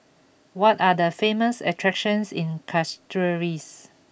what are the famous attractions in Castries